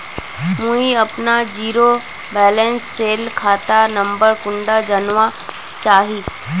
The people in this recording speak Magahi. मुई अपना जीरो बैलेंस सेल खाता नंबर कुंडा जानवा चाहची?